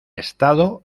estado